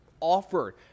offered